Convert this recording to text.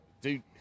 dude